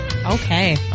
Okay